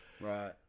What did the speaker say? Right